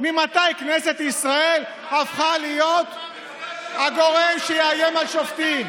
ממתי כנסת ישראל הפכה להיות הגורם שיאיים על שופטים?